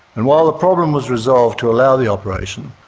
and while the problem was resolved to allow the operation,